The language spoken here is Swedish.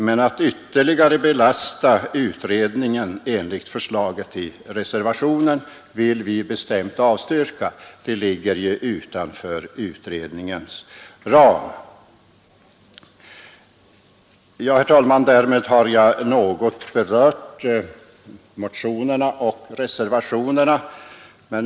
Men att ytterligare belasta utredningen enligt förslaget i reservationen vill vi bestämt avstyrka. Det ligger ju utanför utredningens ram. Ja, herr talman, därmed har jag något berört motionerna och reservationerna.